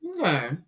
okay